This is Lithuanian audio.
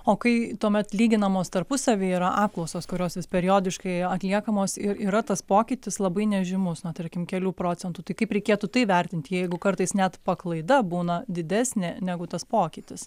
o kai tuomet lyginamos tarpusavy yra apklausos kurios vis periodiškai atliekamos ir yra tas pokytis labai nežymus na tarkim kelių procentų tai kaip reikėtų tai vertint jeigu kartais net paklaida būna didesnė negu tas pokytis